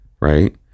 Right